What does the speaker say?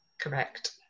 correct